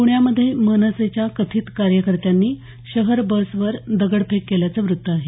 पृण्यामध्ये मनसेच्या कथित कार्यकर्त्यांनी शहर बसवर दगडफेक केल्याचं वृत्त आहे